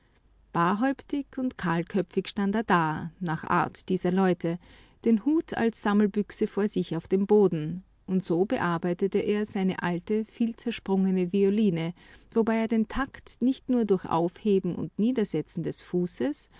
barhäuptig und kahlköpfig stand er da nach art dieser leute den hut als sammelbüchse vor sich auf dem boden und so bearbeitete er eine alte vielzersprungene violine wobei er den takt nicht nur durch aufheben und niedersetzen des fußes